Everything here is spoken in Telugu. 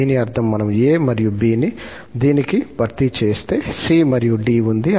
దీని అర్థం మనం 𝑎 మరియు 𝑏 ని దీనికి భర్తీ చేస్తే 𝑐 మరియు 𝑑 ఉంది